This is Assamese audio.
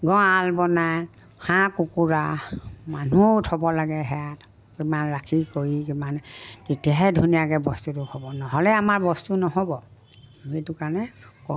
গঁৰাল বনাই হাঁহ কুকুৰা মানুহো থ'ব লাগে সেয়াত কিমান ৰাখি কৰি কিমান তেতিয়াহে ধুনীয়াকৈ বস্তুটো হ'ব নহ'লে আমাৰ বস্তু নহ'ব সেইটো কাৰণে ক